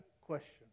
question